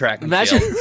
Imagine